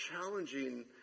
challenging